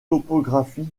topographie